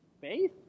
faith